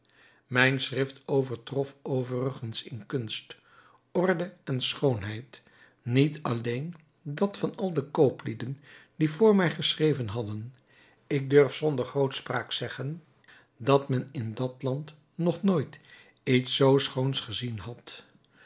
mijn schrift overtrof overigens in kunst orde en schoonheid niet alleen dat van al de kooplieden die vr mij geschreven hadden ik durf zonder grootspraak zeggen dat men in dat land nog nooit iets zoo schoons gezien had